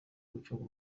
gucunga